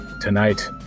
Tonight